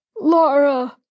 Laura